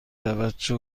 توجه